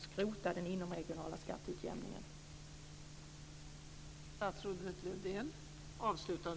Skrota den inomregionala skatteutjämningen!